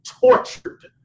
tortured